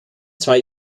zwei